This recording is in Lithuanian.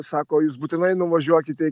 sako jūs būtinai nuvažiuokite